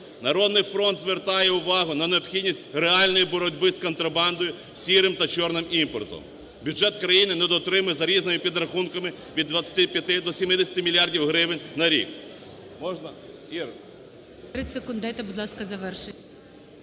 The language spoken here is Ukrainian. "Народний фронт" звертає увагу на необхідність реальної боротьби з контрабандою, "сірим" та "чорним" імпортом. Бюджет країни недоотримує за різними підрахунками від 25 до 70 мільярдів гривень на рік.